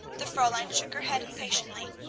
the fraulein shook her head impatiently,